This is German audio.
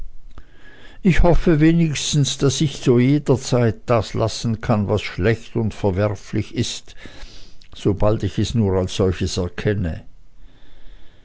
ich hoffe wenigstens daß ich zu jeder zeit das lassen kann was schlecht und verwerflich ist sobald ich es nur als solches erkenne